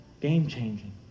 game-changing